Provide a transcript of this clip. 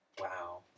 Wow